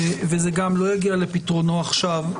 וזה גם לא יגיע לפתרונו עכשיו,